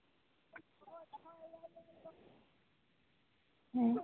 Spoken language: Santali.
ᱦᱮᱸ